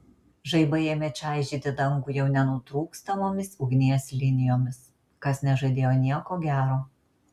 žaibai ėmė čaižyti dangų jau nenutrūkstamomis ugnies linijomis kas nežadėjo nieko gero